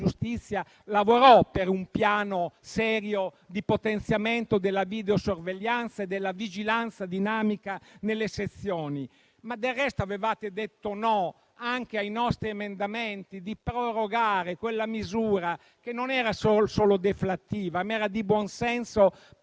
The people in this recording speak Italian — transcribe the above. lavorò per un piano serio di potenziamento della videosorveglianza e della vigilanza dinamica nelle sezioni. Ma del resto avevate detto no anche ai nostri emendamenti volti a prorogare quella misura, che non era solo deflattiva, ma era di buonsenso, per